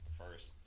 first